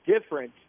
different